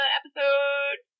episode